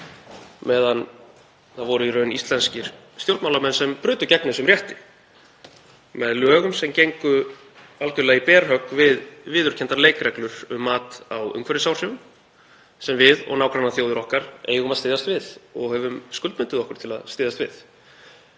meðan það voru í raun íslenskir stjórnmálamenn sem brutu gegn þessum rétti, með lögum sem gengu algerlega í berhögg við viðurkenndar leikreglur um mat á umhverfisáhrifum sem við og nágrannaþjóðir okkar eigum að styðjast við og höfum skuldbundið okkur til að styðjast við.